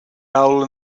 owl